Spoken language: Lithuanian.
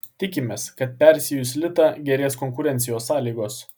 tikimės kad persiejus litą gerės konkurencijos sąlygos